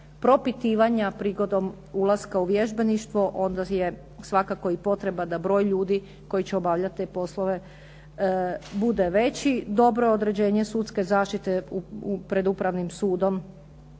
propitivanja prigodom ulaska u vježbeništvo onda je svakako i potreba da broj ljudi koji će obavljati te poslove bude veći. Dobro je određenje sudske zaštite pred upravnim sudom